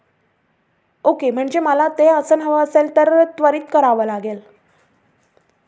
okay म्हणजे मला ते आसन हवं असेल तर त्वरित करावं लागेल